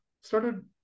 started